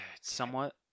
Somewhat